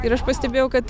ir aš pastebėjau kad